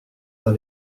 dans